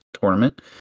tournament